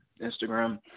Instagram